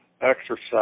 exercise